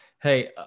hey